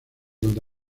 donde